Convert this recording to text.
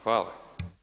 Hvala.